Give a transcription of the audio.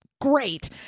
great